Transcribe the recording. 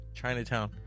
Chinatown